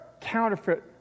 counterfeit